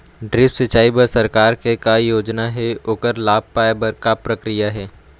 Drip सिचाई बर सरकार के का योजना हे ओकर लाभ पाय बर का प्रक्रिया हे?